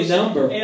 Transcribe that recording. number